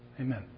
Amen